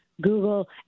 Google